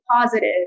positive